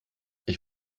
ich